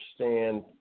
understand